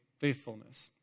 faithfulness